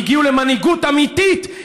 הגיעו למנהיגות אמיתית,